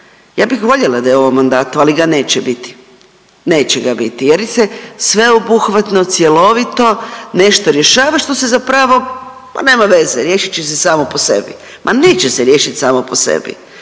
Ja bih voljela da je u ovom mandatu, ali ga neće biti, neće ga biti jer se sveobuhvatno, cjelovito nešto rješava što se zapravo ma nema veze riješit će se samo po sebi. Ma neće se riješit samo po sebi,